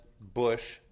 Bush